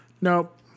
Nope